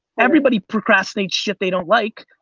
everybody procrastinates shit they don't like,